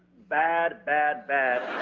bad, bad, bad.